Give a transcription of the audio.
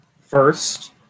first